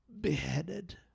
beheaded